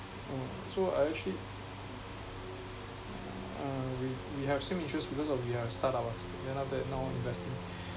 oh so I actually uh we we have same interest because of we are startup ah end up that now investing